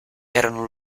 erano